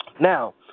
Now